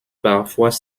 parfois